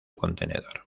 contenedor